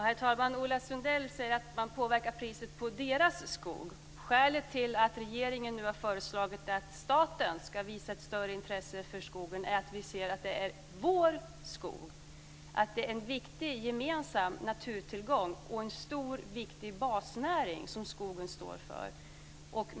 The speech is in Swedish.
Herr talman! Ola Sundell säger att man påverkar priset på deras skog. Skälet till att regeringen nu har föreslagit att staten ska visa ett större intresse för skogen är att vi ser att det är vår skog, att det är en viktig gemensam naturtillgång och en stor viktig basnäring som skogen står för.